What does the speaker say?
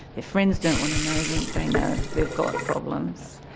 their friends don't want to know them, they know they've got problems.